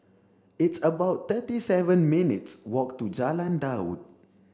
it's about thirty seven minutes' walk to Jalan Daud